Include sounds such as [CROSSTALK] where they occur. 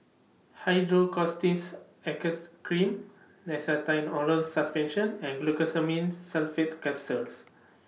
[UNINTELLIGIBLE] Cream Nystatin Oral Suspension and Glucosamine Sulfate Capsules